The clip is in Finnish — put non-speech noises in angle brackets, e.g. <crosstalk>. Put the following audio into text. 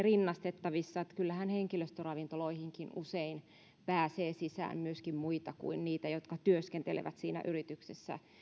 <unintelligible> rinnastettavissa kyllähän henkilöstöravintoloihinkin usein pääsee sisään myöskin muita kuin niitä jotka työskentelevät siinä yrityksessä